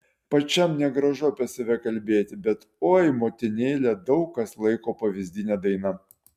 pačiam negražu apie save kalbėti bet oi motinėle daug kas laiko pavyzdine daina